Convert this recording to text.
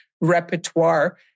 repertoire